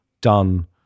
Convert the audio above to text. done